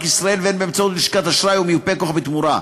ישראל והן באמצעות לשכת אשראי או מיופה כוח בתמורה.